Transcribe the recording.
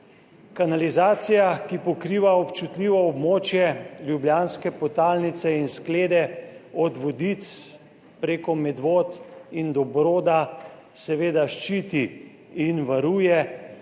Kanalizacija, ki pokriva občutljivo območje ljubljanske podtalnice in sklede od Vodic prek Medvod in do Broda, seveda ščiti in varuje